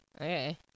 Okay